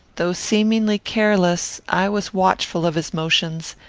though seemingly careless, i was watchful of his motions,